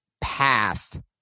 path